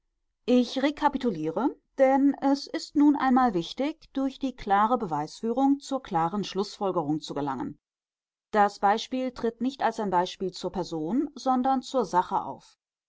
ich rekapituliere denn es ist nun einmal wichtig durch die klare beweisführung zur klaren schlußfolgerung zu gelangen das beispiel tritt nicht als ein beispiel zur person sondern zur sache auf